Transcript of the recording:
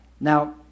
Now